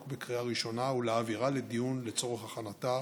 בקריאה ראשונה ולהעבירה לדיון לצורך הכנתה